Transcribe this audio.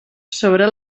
sobre